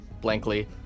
blankly